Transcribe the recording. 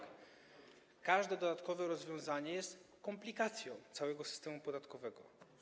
Każde dodatkowe rozwiązanie jest komplikacją całego systemu podatkowego.